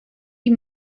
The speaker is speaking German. die